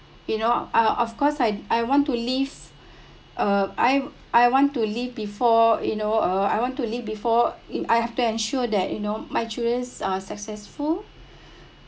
you know uh of course I I want to leave uh I I want to leave before you know uh I want to leave before in I have to ensure that you know my children are successful